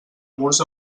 murs